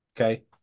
Okay